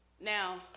Now